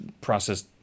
processed